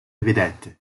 evidente